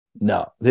no